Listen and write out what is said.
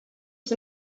was